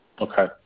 Okay